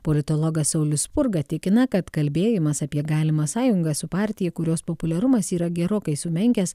politologas saulius spurga tikina kad kalbėjimas apie galimą sąjungą su partija kurios populiarumas yra gerokai sumenkęs